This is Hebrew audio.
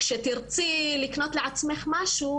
כשתרצי לקנות לעצמך משהו,